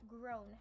grown